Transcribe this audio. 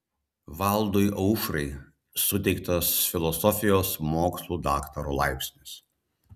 valdui aušrai suteiktas filosofijos mokslų daktaro laipsnis